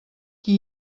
qui